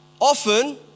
often